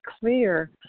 clear